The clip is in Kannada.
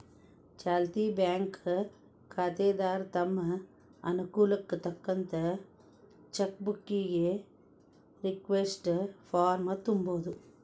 ಚಾಲ್ತಿ ಬ್ಯಾಂಕ್ ಖಾತೆದಾರ ತಮ್ ಅನುಕೂಲಕ್ಕ್ ತಕ್ಕಂತ ಚೆಕ್ ಬುಕ್ಕಿಗಿ ರಿಕ್ವೆಸ್ಟ್ ಫಾರ್ಮ್ನ ತುಂಬೋದು